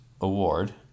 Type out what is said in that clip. award